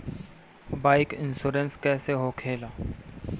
Bike insurance कैसे होखे ला?